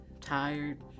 tired